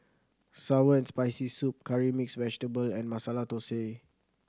sour and Spicy Soup Curry Mixed Vegetable and Masala Thosai